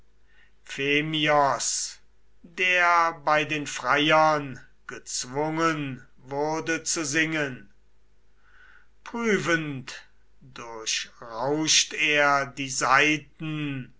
der bei den freiern gezwungen wurde zu singen prüfend durchrauscht er die saiten